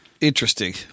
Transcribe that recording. interesting